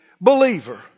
believer